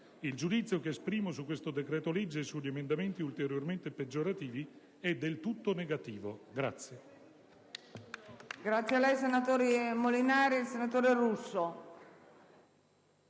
il giudizio che esprimo su questo decreto-legge e sugli emendamenti ulteriormente peggiorativi è del tutto negativo.